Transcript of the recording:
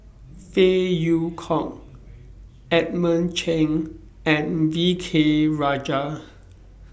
Phey Yew Kok Edmund Cheng and V K Rajah